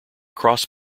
cross